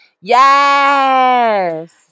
Yes